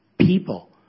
people